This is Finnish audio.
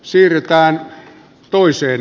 siirretään toiseen